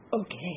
okay